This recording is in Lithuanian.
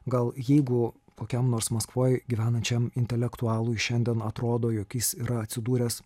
gal jeigu kokiam nors maskvoj gyvenančiam intelektualui šiandien atrodo jog jis yra atsidūręs